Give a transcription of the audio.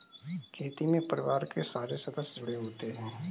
खेती में परिवार के सारे सदस्य जुड़े होते है